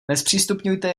nezpřístupňujte